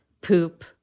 poop